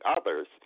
others